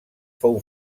fou